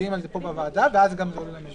מצביעים על זה פה בוועדה ואז זה גם עולה למליאה.